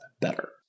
better